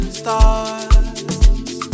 stars